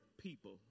People